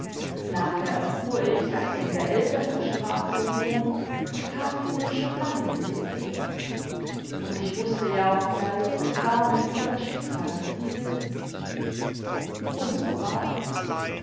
nachher erfuhr ich daß sie in der elsässerstraße wohnt und casimir schon lange mit ihr geht und ich wußte ja auch gleich daß damit unser schicksal besiegelt ist und so war es